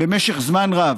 במשך זמן רב.